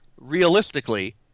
realistically